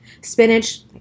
spinach